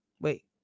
wait